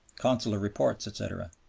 consular reports, etc.